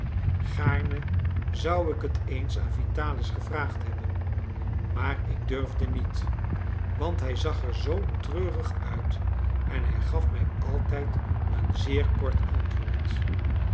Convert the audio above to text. gaarne zou ik het eens aan vitalis gevraagd hebben maar ik durfde niet want hij zag er zoo treurig uit en hij gaf mij altijd een zeer kort antwoord